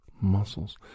muscles